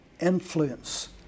influence